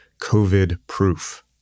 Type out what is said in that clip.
COVID-proof